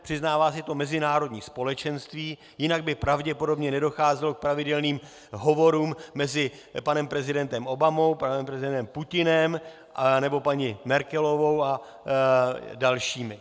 Přiznává si to mezinárodní společenství, jinak by pravděpodobně nedocházelo k pravidelným hovorům mezi panem prezidentem Obamou, panem prezidentem Putinem nebo paní Merkelovou a dalšími.